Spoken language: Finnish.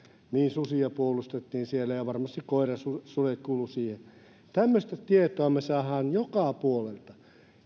susia puolustettiin siellä ja varmasti koirasudet kuuluivat siihen tämmöistä tietoa me saamme joka puolelta